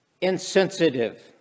insensitive